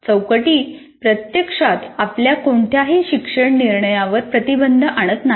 चौकटी प्रत्यक्षात आपल्या कोणत्याही शैक्षणिक निर्णयावर प्रतिबंध आणत नाहीत